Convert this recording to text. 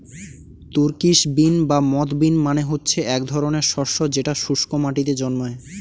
Turkish bean বা moth bean মানে হচ্ছে এক ধরনের শস্য যেটা শুস্ক মাটিতে জন্মায়